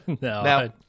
no